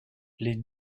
les